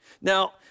Now